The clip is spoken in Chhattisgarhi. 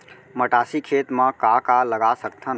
मटासी खेत म का का लगा सकथन?